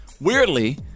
Weirdly